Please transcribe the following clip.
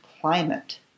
climate